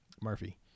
Murphy